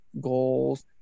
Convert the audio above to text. goals